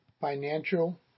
financial